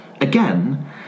again